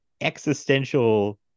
existential